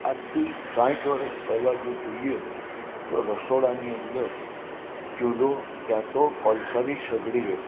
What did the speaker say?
આજતી સાઠ વર્ષ પહેલાં જો જોઈએ તો રસોડાની અંદર ચૂલો ક્યાં તો કોલસાની સગડી રહેતી હતી